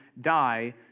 die